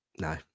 No